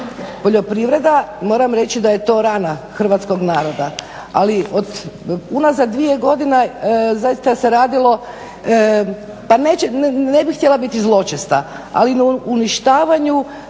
poljoprivreda moram reći da je to rana hrvatskog naroda, ali unazad dvije godine zaista se radilo pa ne bih htjela biti zločesta ali uništavanju